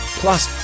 plus